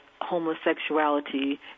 homosexuality